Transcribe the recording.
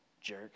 Jerk